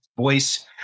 voice